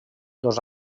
dos